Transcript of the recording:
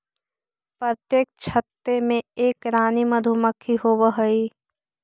प्रत्येक छत्ते में एक रानी मधुमक्खी होवअ हई